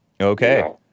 Okay